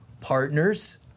partners